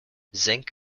zinc